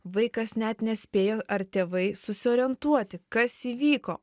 vaikas net nespėjo ar tėvai susiorientuoti kas įvyko